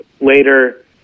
later